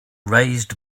raised